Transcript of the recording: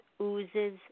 oozes